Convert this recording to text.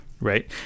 right